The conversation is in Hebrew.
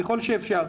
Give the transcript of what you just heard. ככל שאפשר?